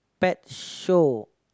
pet show